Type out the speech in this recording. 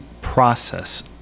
process